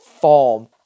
form